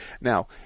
Now